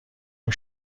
اون